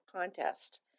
contest